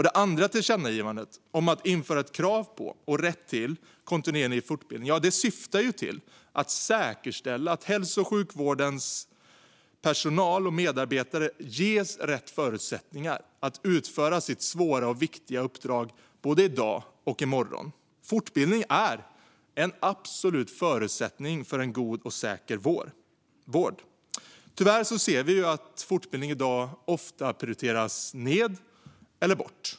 Det andra tillkännagivandet om att införa ett krav på och rätt till kontinuerlig fortbildning syftar till att säkerställa att hälso och sjukvårdens personal och medarbetare ges rätt förutsättningar att utföra sitt svåra och viktiga uppdrag i dag och i morgon. Fortbildning är en absolut förutsättning för en god och säker vård. Tyvärr ser vi att fortbildning i dag ofta prioriteras ned eller bort.